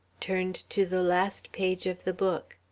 turned to the last page of the book.